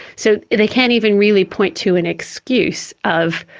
so they can't even really point to an excuse of,